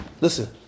Listen